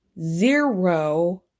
zero